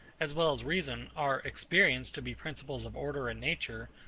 as well as reason, are experienced to be principles of order in nature,